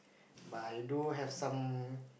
but I do have some